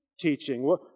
Teaching